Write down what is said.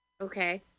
Okay